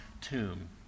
tomb